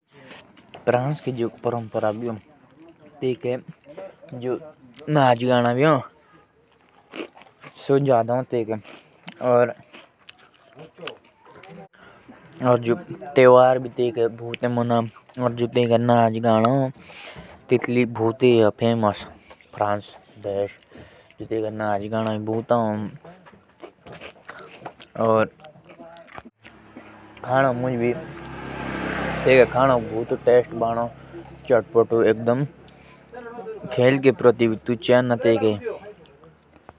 फ्रांस के संस्कृति कला, खादोक और फैशन यानी की टेकोका पहनावा के आस्ते जन्नी जाओ। टेकोके लोग खूब पार्टी करो और नाचो।